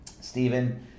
Stephen